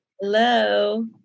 Hello